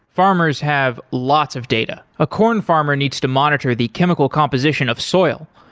farmers have lots of data. a corn farmer needs to monitor the chemical composition of soil.